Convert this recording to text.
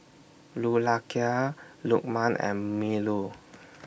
Lukman and Melur